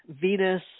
Venus